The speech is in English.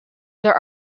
there